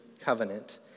covenant